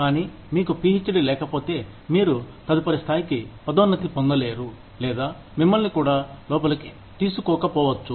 కానీ మీకు పీహెచ్డీ లేకపోతే మీరు తదుపరి స్థాయికి పదోన్నతి పొందలేరు లేదా మిమ్మల్ని కూడా లోపలికి తీసుకోకపోవచ్చు